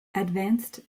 advanced